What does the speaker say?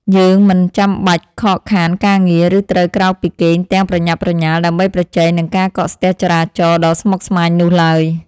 យើងមិនចាំបាច់ខកខានការងារ ឬត្រូវក្រោកពីគេងទាំងប្រញាប់ប្រញាល់ដើម្បីប្រជែងនឹងការកកស្ទះចរាចរណ៍ដ៏ស្មុគស្មាញនោះឡើយ។